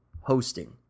hosting